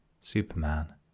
Superman